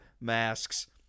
masks